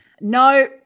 no